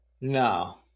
No